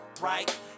right